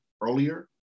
earlier